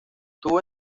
tuvo